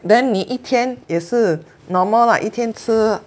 then 你一天也是 normal lah 一天吃